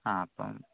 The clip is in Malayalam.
ആ അപ്പം